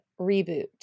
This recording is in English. reboot